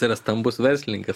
tai yra stambus verslininkas